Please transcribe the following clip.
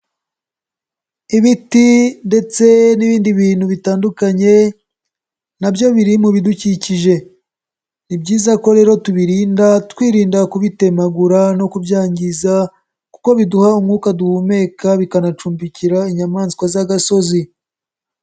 Ibiti ndetse n'ibindi bintu bitandukanye na byo biri mu bidukikije, ni byiza ko rero tubirinda twirinda kubitemagura no kubyangiza kuko biduha umwuka duhumeka, bikanacumbikira inyamaswa z'agasozi.